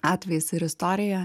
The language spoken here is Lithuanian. atvejis ir istorija